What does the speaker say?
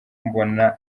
mbona